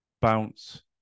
Bounce